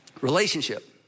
relationship